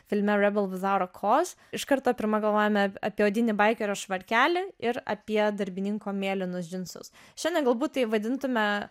filme rebel without a cause iš karto pirma galvojam apie odinį baikerio švarkelį ir apie darbininko mėlynus džinsus šiandien galbūt tai vadintume